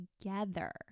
together